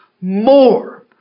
more